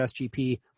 SGP